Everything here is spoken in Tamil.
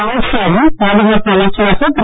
அமித் ஷாவும் பாதுகாப்பு அமைச்சராக திரு